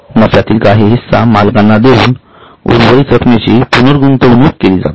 नफ्यातील काही हिस्सा मालकांना देऊन उर्वरित रकमेची पुनर्गुंतवणूक केली जाते